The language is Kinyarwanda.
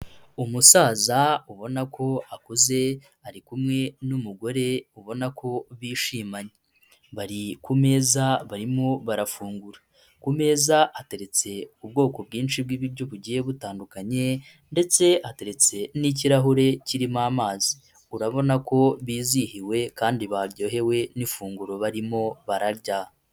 Umusaza ubona ko akuze, ari kumwe n'umugore ubona ko bishimanye. Bari ku meza barimo barafungura. Ku meza hateretse ubwoko bwinshi bw'ibiryo bugiye butandukanye, ndetse hateretse n'ikirahure kirimo amazi. Urabona ko bizihiwe kandi baryohewe n'ifunguro barimo bararya.